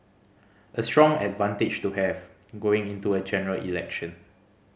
a strong advantage to have going into a General Election